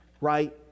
right